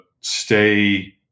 stay